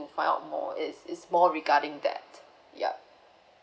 find out more is is more regarding that yup